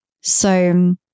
So-